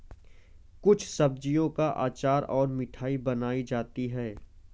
कुछ सब्जियों का अचार और मिठाई बनाई जाती है